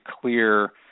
clear